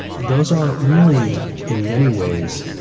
those are really in many ways,